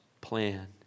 plan